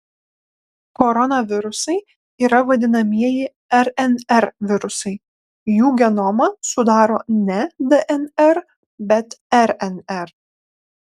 koronavirusai yra vadinamieji rnr virusai jų genomą sudaro ne dnr bet rnr